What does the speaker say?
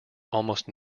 almost